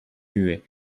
muet